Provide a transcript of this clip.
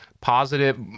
positive